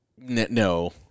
No